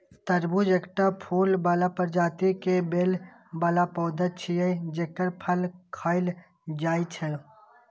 तरबूज एकटा फूल बला प्रजाति के बेल बला पौधा छियै, जेकर फल खायल जाइ छै